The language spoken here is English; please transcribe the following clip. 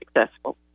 successful